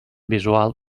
visual